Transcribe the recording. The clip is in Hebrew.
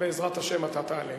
בעזרת השם, אתה תעלה.